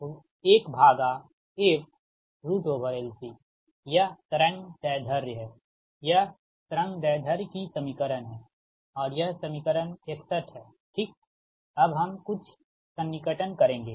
अब 222fLC1fLC यह तरंग दैर्ध्य है यह तरंग दैर्ध्य की समीकरण है और यह समीकरण 61 हैठीक अब हम कुछ सन्निकटन करेंगे